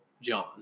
John